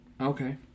okay